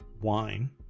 wine